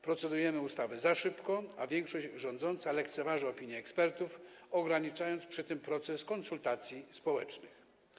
Procedujemy nad ustawami za szybko, a większość rządząca lekceważy opinię ekspertów, ograniczając przy tym proces konsultacji społecznych.